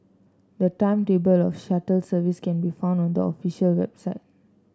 the timetable of the shuttle service can be found on the official website